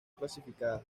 clasificada